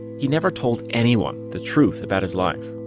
he never told anyone the truth about his life